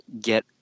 get